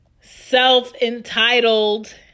self-entitled